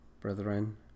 brethren